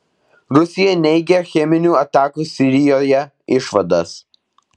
rusija neigia cheminių atakų sirijoje išvadas